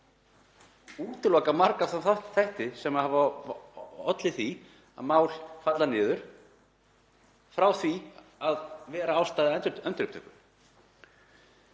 útiloka marga þá þætti sem hafa valdið því að mál falla niður frá því að vera ástæða endurupptöku.